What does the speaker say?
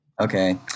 Okay